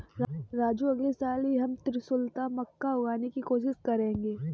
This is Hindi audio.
राजू अगले साल से हम त्रिशुलता मक्का उगाने की कोशिश करेंगे